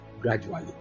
gradually